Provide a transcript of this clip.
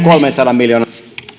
kolmensadan miljoonan